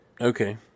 Okay